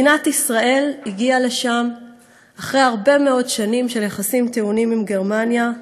מדינת ישראל הגיעה לשם אחרי הרבה מאוד שנים של יחסים טעונים עם גרמניה,